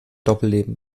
doppelleben